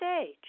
stage